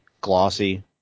glossy